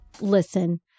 Listen